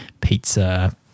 pizza